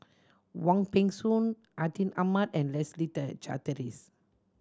Wong Peng Soon Atin Amat and Leslie Charteris